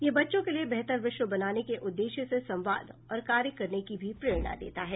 यह बच्चों के लिए बेहतर विश्व बनाने के उद्देश्य से संवाद और कार्य करने की भी प्रेरणा देता है